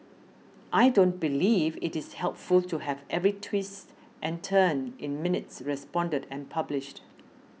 I don't believe it is helpful to have every twist and turn in minutes reported and published